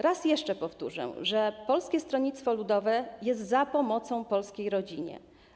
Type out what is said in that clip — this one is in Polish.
Raz jeszcze powtórzę, że Polskie Stronnictwo Ludowe jest za pomocą polskiej rodzinie.